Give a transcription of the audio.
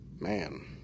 Man